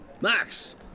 Max